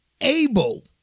able